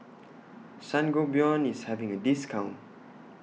Sangobion IS having A discount